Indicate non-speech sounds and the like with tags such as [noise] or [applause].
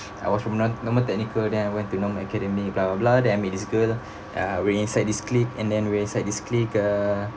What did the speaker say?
I was from nor~ normal technical then I went to normal academic [noise] then I meet this girl uh we inside this clique and then we inside this clique uh